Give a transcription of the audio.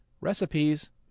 Recipes